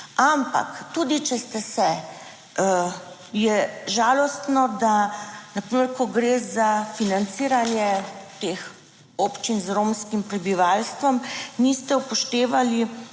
Ampak, tudi če ste se, je žalostno, da na primer, ko gre za financiranje teh občin z romskim prebivalstvom, niste upoštevali